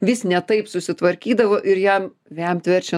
vis ne taip susitvarkydavo ir jam vemt verčia